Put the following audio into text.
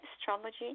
astrology